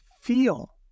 feel